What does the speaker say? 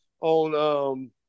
on